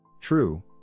True